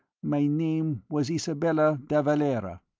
my name was isabella de valera.